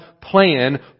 plan